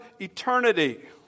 eternity